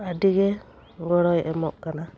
ᱟᱹᱰᱤ ᱜᱮ ᱜᱚᱲᱚᱭ ᱮᱢᱚᱜ ᱠᱟᱱᱟ